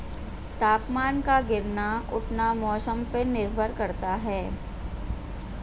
तापमान का गिरना उठना मौसम पर निर्भर करता है